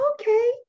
okay